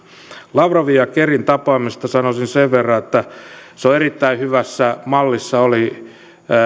lavrovin ja kerryn tapaamisesta sanoisin sen verran että se on erittäin hyvässä mallissa oli